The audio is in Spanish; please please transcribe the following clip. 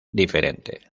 diferente